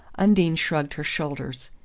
undine shrugged her shoulders.